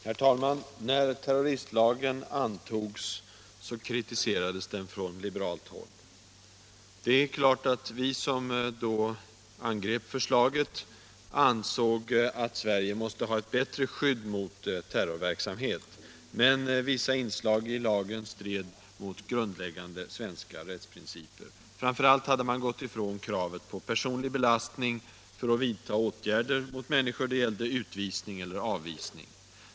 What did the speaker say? Herr talman! När terroristlagen antogs kritiserades den från liberalt håll. Vi som då angrep förslaget ansåg självfallet att Sverige måste ha ett bättre skydd mot terrorverksamhet, men vi menade att vissa inslag i lagen stred mot grundläggande svenska rättsprinciper. Framför allt hade man gått ifrån kravet på personlig belastning för att vidta åtgärder mot människor — utvisning eller avvisning.